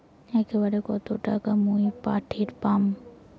একবারে কত টাকা মুই পাঠের পাম?